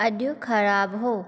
अॼु ख़राबु हो